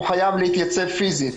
הוא חייב להתייצב פיזית.